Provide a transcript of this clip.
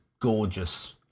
gorgeous